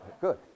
good